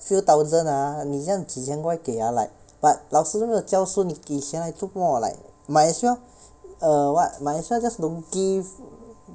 few thousand ah 你这样几千块给 ah like but 老师都没有教书你给钱来做什么 like might as well err what might as well just don't give